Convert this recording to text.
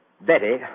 Betty